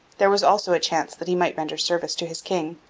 there was also a chance that he might render service to his king.